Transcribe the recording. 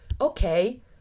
okay